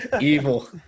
evil